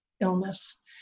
illness